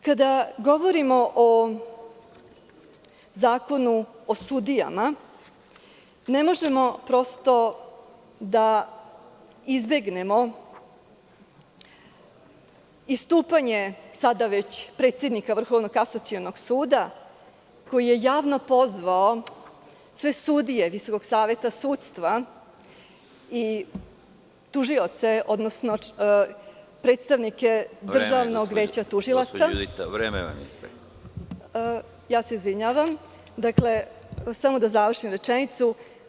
Kada govorimo o Zakonu o sudijama, ne možemo prosto da izbegnemo istupanje sada već predsednika Vrhovnog kasacionog suda koji je javno pozvao sve sudije Visokog saveta sudstva i tužioce odnosno predstavnike Državnog veća tužilaca… (Predsedavajući: Vreme vam je isteklo.) Izvinjavam se, samo da završim rečenicu.